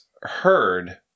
heard